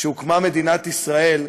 משהוקמה מדינת ישראל,